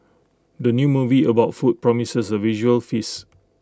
the new movie about food promises A visual feast